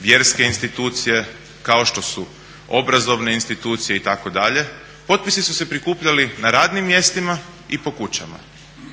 vjerske institucije, kao što su obrazovne institucije itd., potpisi su se prikupljali na radnim mjestima i po kućama.